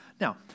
Now